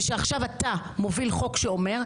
ושעכשיו אתה מוביל חוק שאומר,